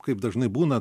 kaip dažnai būna